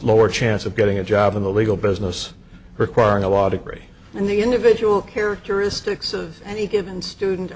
lower chance of getting a job in the legal business requiring a law degree and the individual characteristics of any given student